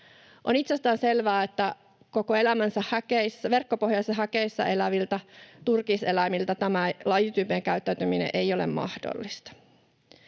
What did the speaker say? selvää, että koko elämänsä verkkopohjaisissa häkeissä eläville turkiseläimille lajityypillinen käyttäytyminen ei ole mahdollista.